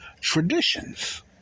Traditions